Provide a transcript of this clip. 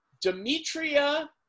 Demetria